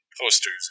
posters